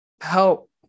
help